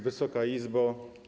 Wysoka Izbo!